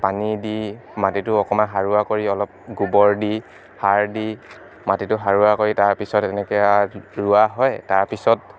পানী দি মাটিটো অকমান সাৰুৱা কৰি অলপ গোবৰ দি সাৰ দি মাটিটো সাৰুৱা কৰি তাৰপিছত এনেকে আৰ ৰোৱা হয় তাৰপিছত